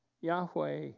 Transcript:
Yahweh